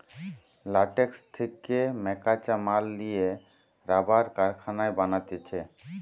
latex থেকে মকাঁচা মাল লিয়া রাবার কারখানায় বানাতিছে